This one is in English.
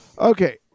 Okay